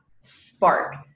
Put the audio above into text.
spark